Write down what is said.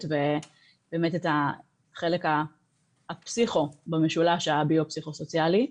ובאמת את החלק הפסיכו במשולש הביו-פסיכו-סוציאלי,